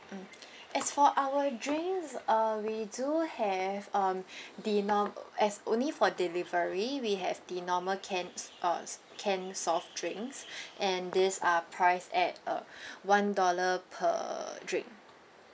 mm as for our drinks uh we do have um the norm~ as only for delivery we have the normal canned s~ uh canned soft drinks and these are priced at uh one dollar per drink